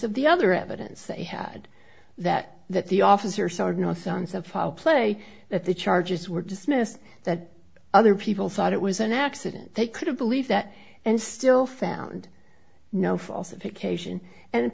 of the other evidence they had that that the officers are north on so foul play that the charges were dismissed that other people thought it was an accident they couldn't believe that and still found no false a vacation and